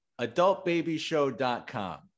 Adultbabyshow.com